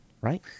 Right